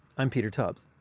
i'm peter tubbs.